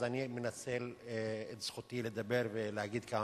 אז אני מנצל את זכותי לדבר ולהגיד כמה